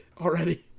already